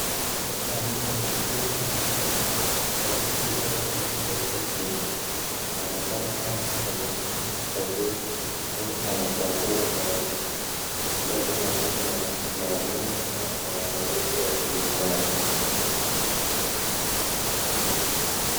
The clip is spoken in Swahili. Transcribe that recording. Kuna rundo kubwa la mahindi mabichi au yaliyokauka chini. Inaonekana kama kuna mtu akiangalia au anachambua mahindi labda wakati wa mavuno au maandalizi ya kuhifadhi.